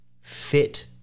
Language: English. fit